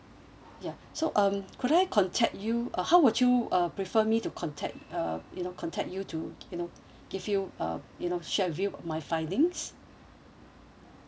ya so um could I contact you uh how would you uh prefer me to contact uh you know contact you to you know give you uh you know share views of my findings